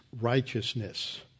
righteousness